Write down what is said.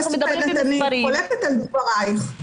אנחנו מדברים על מספרים ------ אני חולקת על דברייך.